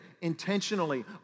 intentionally